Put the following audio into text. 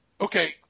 okay